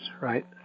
right